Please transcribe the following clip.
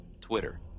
Twitter